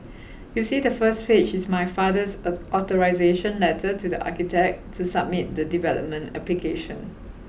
you see the first page is my father's authorisation letter to the architect to submit the development application